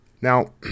now